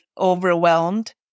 overwhelmed